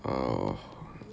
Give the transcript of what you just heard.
uh